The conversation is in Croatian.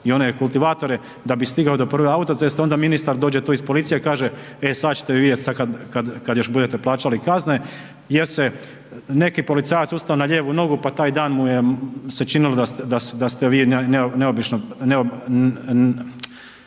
i one kultivatore da bi stigao do prve autoceste onda ministar dođe tu iz policije, e sad ćete vi vidjeti sad kad još budete plaćali kazne jer se neki policajac ustao na lijevu nogu pa taj dan mu se činilo da ste vi neobično